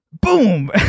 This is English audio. boom